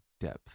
Depth